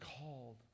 called